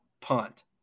punt